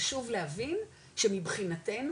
חשוב להבין שמבחינתנו,